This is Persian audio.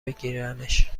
بگیرنش